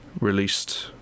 released